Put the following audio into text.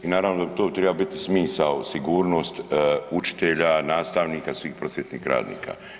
I naravno da to triba biti smisao, sigurnost učitelja, nastavnika, svih prosvjetnih radnika.